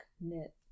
knit